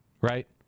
Right